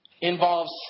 involves